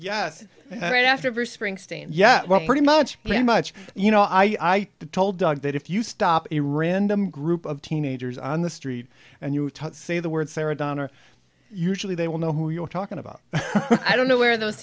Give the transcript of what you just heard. springsteen yeah well pretty much playing much you know i told doug that if you stop iran the group of teenagers on the street and you say the word sarah donner usually they will know who you're talking about i don't know where those